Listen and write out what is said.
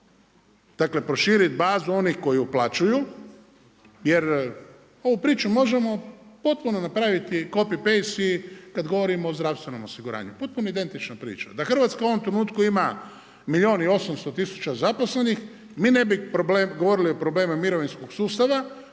Dakle proširiti bazu onih koji uplaćuju jer ovu priču možemo potpuno napraviti copy-paste i kada govorimo o zdravstvenom osiguranju, potpuno identična priča. Da Hrvatska u ovom trenutku ima milijun i 800 tisuća zaposlenih mi ne bi govorili o problemu mirovinskog sustava,